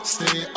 Stay